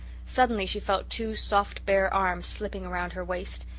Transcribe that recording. suddenly she felt two soft bare arms slipping round her waist,